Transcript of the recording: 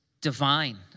divine